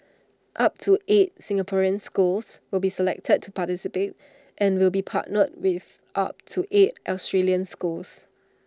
up to eight Singaporean schools will be selected to participate and will be partnered with up to eight Australian schools